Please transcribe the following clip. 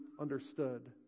understood